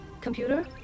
Computer